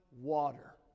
water